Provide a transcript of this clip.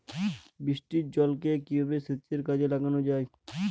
বৃষ্টির জলকে কিভাবে সেচের কাজে লাগানো যায়?